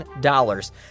dollars